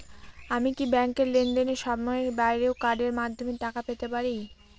আমি কি ব্যাংকের লেনদেনের সময়ের বাইরেও কার্ডের মাধ্যমে টাকা পেতে পারি?